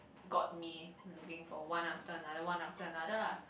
got me looking for one after another one after another lah